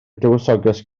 dywysoges